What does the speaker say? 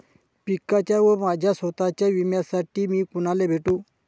पिकाच्या व माझ्या स्वत:च्या विम्यासाठी मी कुणाला भेटू?